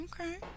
okay